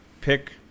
pick